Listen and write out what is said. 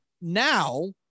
now